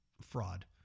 fraud